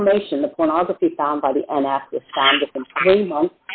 information the pornography found by the